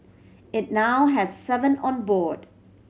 it now has seven on board